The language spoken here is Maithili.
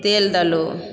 तेल देलुँ